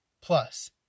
plus